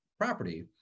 property